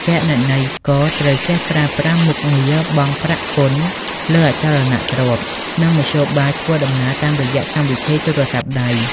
គណនេយ្យករត្រូវចេះប្រើប្រាស់មុខងារបង់ប្រាក់ពន្ធលើអចលនទ្រព្យ និងមធ្យោបាយធ្វើដំណើរតាមរយៈកម្មវិធីទូរស័ព្ទដៃ។